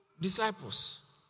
disciples